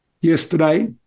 yesterday